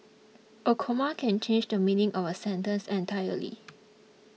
a comma can change the meaning of a sentence entirely